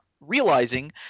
realizing